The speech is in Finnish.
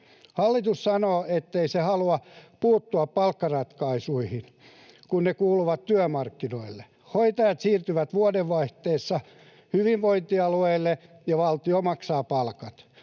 Hallitus sanoo, ettei se halua puuttua palkkaratkaisuihin, kun ne kuuluvat työmarkkinoille. Hoitajat siirtyvät vuodenvaihteessa hyvinvointialueille, ja valtio maksaa palkat.